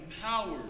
empowered